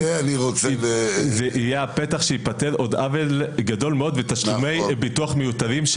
זה יהיה הפתח שיפתור עוד עוול גדול מאוד ותשלומי ביטוח מיותרים.